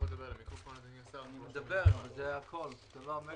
בדרך כלל